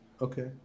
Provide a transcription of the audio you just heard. Okay